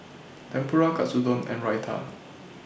Tempura Katsudon and Raita